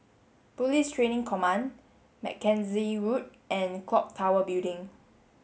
Police Training Command Mackenzie Road and Clock Tower Building